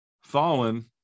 fallen